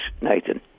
Nathan